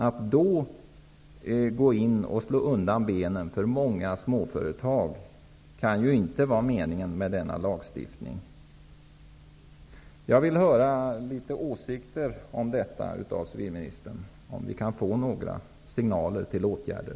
Att då gå in och slå undan benen för många småföretag kan inte vara meningen med denna lagstiftning. Jag vill höra civilministerns åsikter om detta. Kan vi får några signaler till åtgärder?